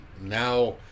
Now